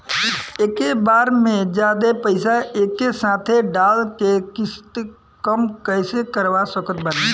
एके बार मे जादे पईसा एके साथे डाल के किश्त कम कैसे करवा सकत बानी?